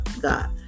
God